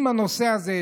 עם הנושא הזה,